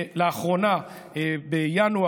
לאחרונה, בינואר,